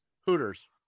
Hooters